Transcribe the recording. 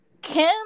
Kim